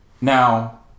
Now